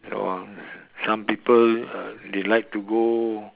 no some people they like to go